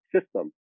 system